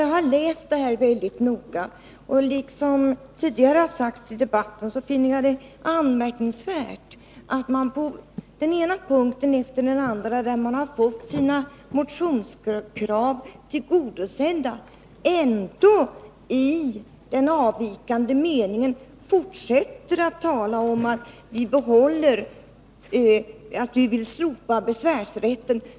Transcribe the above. Jag har läst förslaget väldigt noga och finner det anmärkningsvärt att man — liksom det sagts tidigare i debatten — på den ena punkten efter den andra, även om man fått sina motionskrav tillgodosedda, ger uttryck åt en avvikande mening och fortsätter att tala om att vi vill slopa besvärsrätten.